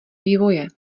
vývoje